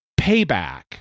payback